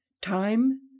Time